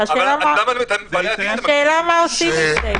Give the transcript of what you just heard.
השאלה מה עושים עם זה.